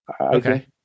okay